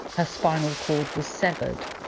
her spinal cord was severed,